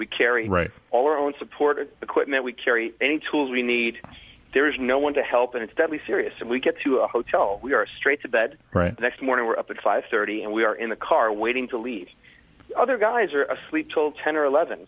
we carry right all our own supported equipment we carry any tools i need there is no one to help and it's deadly serious and we get to a hotel we are straight to bed right next morning we're up at five thirty and we are in the car waiting to leave other guys are asleep told ten or eleven